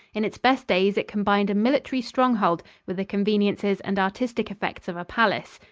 in its best days it combined a military stronghold with the conveniences and artistic effects of a palace.